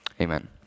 amen